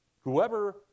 Whoever